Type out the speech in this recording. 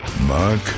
Mark